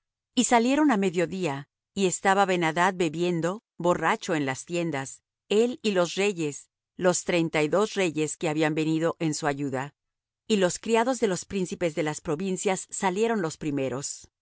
y salieron á medio día y estaba ben adad bebiendo borracho en las tiendas él y los reyes los treinta y dos reyes que habían venido en su ayuda y los criados de los príncipes de las provincias salieron los primeros